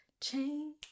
change